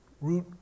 root